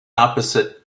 opposite